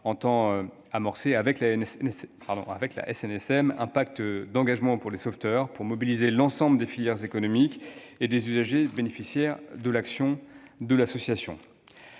entend amorcer, avec la SNSM, un pacte d'engagement pour les sauveteurs, afin de mobiliser l'ensemble des filières économiques et des usagers bénéficiaires de l'action de l'association.